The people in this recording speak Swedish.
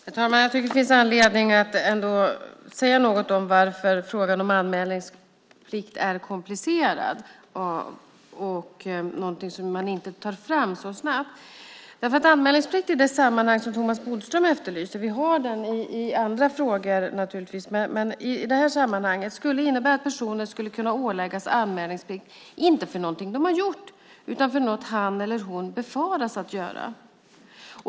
Herr talman! Jag tycker att det finns anledning att ändå säga något om varför frågan om anmälningsplikt är komplicerad och någonting som man inte tar fram så snabbt. Anmälningsplikt i det sammanhang som Thomas Bodström efterlyser, vi har den naturligtvis i andra frågor, skulle innebär att personer skulle kunna åläggas anmälningsplikt inte för någonting de har gjort utan för något han eller hon befaras göra.